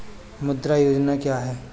मुद्रा योजना क्या है?